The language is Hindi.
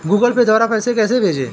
गूगल पे द्वारा पैसे कैसे भेजें?